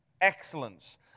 excellence